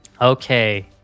Okay